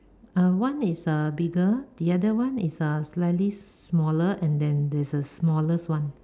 uh one is uh bigger the other one is uh slightly smaller and then this is smallest one